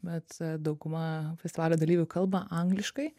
bet dauguma festivalio dalyvių kalba angliškai